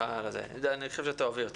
אני חושב שתאהבי אותה.